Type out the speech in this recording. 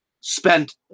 spent